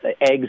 eggs